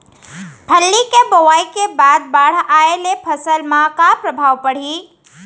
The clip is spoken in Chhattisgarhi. फल्ली के बोआई के बाद बाढ़ आये ले फसल मा का प्रभाव पड़ही?